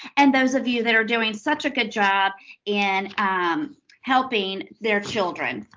and those of you that are doing such a good job in helping their children.